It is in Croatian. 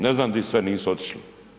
Ne znam gdje sve nisu otišli.